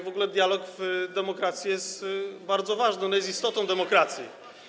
W ogóle dialog w demokracji jest bardzo ważny, on jest istotą demokracji.